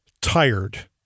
tired